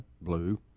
blue